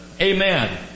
amen